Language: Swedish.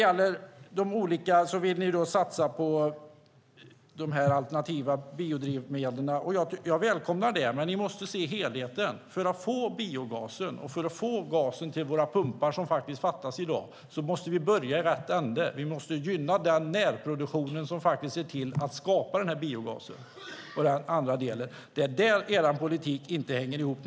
Ni vill satsa på de alternativa biodrivmedlen, och jag välkomnar det. Men ni måste se helheten. För att få fram biogasen och få gasen till våra pumpar, som fattas i dag, måste vi börja i rätt ände. Vi måste gynna den närproduktion som ser till att skapa biogasen. Det är där er politik inte hänger ihop.